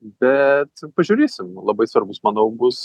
bet pažiūrėsim labai svarbus manau bus